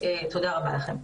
תודה רבה לכן.